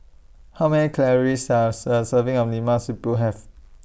How Many Calories Does A Serving of Lemak Siput Have